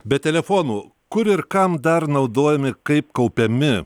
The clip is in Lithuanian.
be telefonų kur ir kam dar naudojami kaip kaupiami